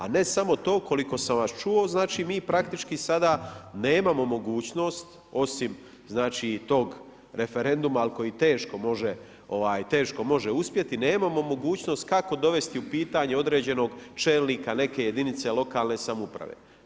A ne samo to koliko sam vas čuo, mi praktički sada nemamo mogućnost osim tog referenduma koji teško može uspjeti, nemamo mogućnost kako dovesti u pitanje određenog čelnika neke jedinice lokalne samouprave.